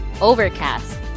Overcast